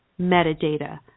metadata